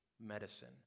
medicine